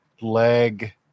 leg